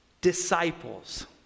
disciples